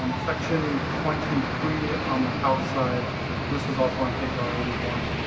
um section twenty three on the house side this is also on page r eighty one.